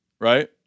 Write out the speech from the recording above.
right